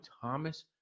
Thomas